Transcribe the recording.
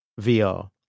VR